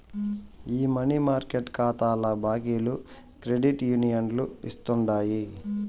ఈ money market కాతాల బాకీలు క్రెడిట్ యూనియన్లు ఇస్తుండాయి